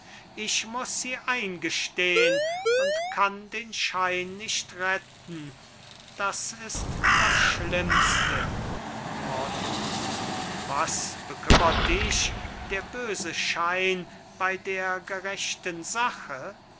ich muß sie eingestehn und kann den schein nicht retten das ist das schlimmste mortimer was bekümmert dich der böse schein bei der gerechten sache